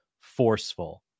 forceful